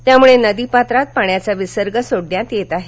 त्यामुळे नदीपात्रात पाण्याचा विसर्ग सोडण्यात येत आहे